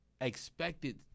expected